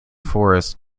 forest